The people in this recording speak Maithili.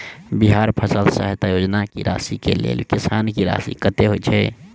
बिहार फसल सहायता योजना की राशि केँ लेल किसान की राशि कतेक होए छै?